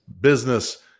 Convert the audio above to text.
business